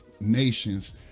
nations